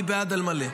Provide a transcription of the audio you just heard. אני בעד על מלא.